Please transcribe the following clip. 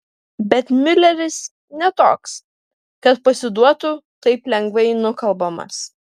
bet miuleris ne toks kad pasiduotų taip lengvai nukalbamas